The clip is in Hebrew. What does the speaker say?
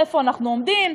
איפה אנחנו עומדים.